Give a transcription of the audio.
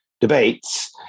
debates